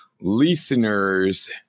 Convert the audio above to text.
listeners